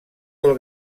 del